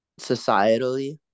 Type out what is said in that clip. societally